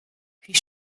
puis